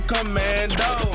Commando